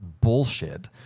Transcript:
bullshit